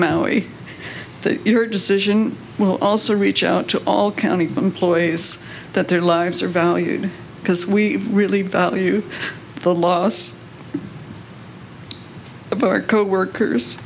that your decision will also reach out to all county employees that their lives are valued because we really value the loss of our coworkers